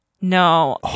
No